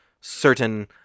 certain